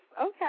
okay